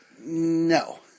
No